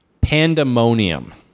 Pandemonium